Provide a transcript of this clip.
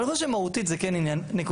אבל אני חושב שמהותית זה כן עניין נקודתי.